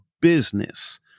business